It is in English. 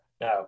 now